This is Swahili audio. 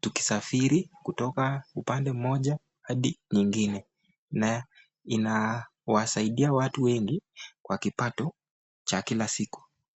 tukisafiri kutoka upande mmoja hadi nyingine. Na inawasaidia watu wengi kwa kipato cha kila siku.